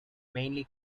mainly